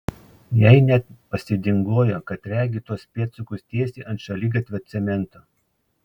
jai net pasidingojo kad regi tuos pėdsakus tiesiai ant šaligatvio cemento